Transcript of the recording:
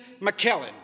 McKellen